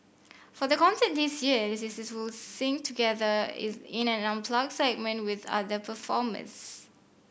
for the concert this year the sisters will sing together is in an unplugged segment with other performers